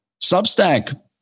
Substack